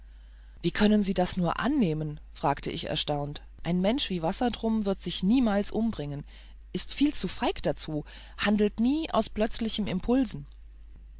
wie können sie das nur annehmen fragte ich erstaunt ein mensch wie wassertrum wird sich niemals umbringen ist viel zu feig dazu handelt nie nach plötzlichen impulsen